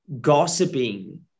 gossiping